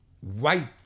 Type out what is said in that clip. white